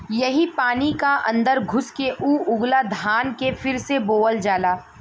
यही पानी क अन्दर घुस के ऊ उगला धान के फिर से बोअल जाला